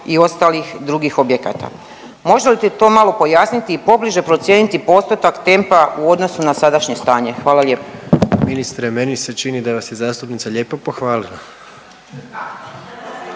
i ostalih drugih objekata. Možete li to malo pojasniti i pobliže procijeniti postotak tempa u odnosu na sadašnje stanje. Hvala lijepa. **Jandroković, Gordan (HDZ)** Ministre meni se čini da vas je zastupnica lijepo pohvalila.